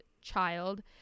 child